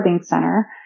center